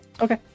Okay